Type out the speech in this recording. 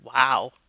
wow